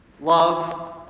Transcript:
Love